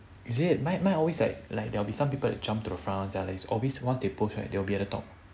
is it my my always like like there will be some people jump to the front one sia is always once they post right they will be at the top